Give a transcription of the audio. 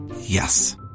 Yes